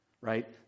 right